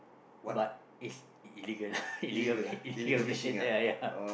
but it's illegal illegal illegal place ya ya